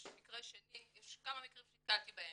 יש מקרה שני, יש כמה מקירם שנתקלתי בהם,